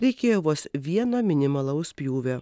reikėjo vos vieno minimalaus pjūvio